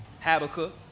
Habakkuk